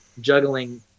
juggling